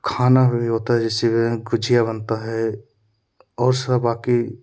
खाना भी होता है जैसे गुजिया बनता है और सब आके